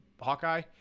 Hawkeye